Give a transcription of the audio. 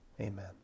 amen